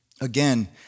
Again